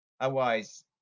Otherwise